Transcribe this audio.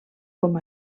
com